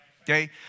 Okay